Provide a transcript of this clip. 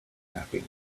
mapping